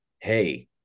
Hey